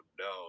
no